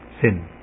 Sin